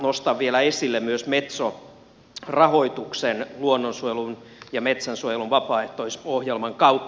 nostan vielä esille myös metso rahoituksen luonnonsuojelun ja metsänsuojelun vapaaehtoisohjelman kautta